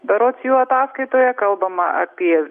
berods jų ataskaitoje kalbama apie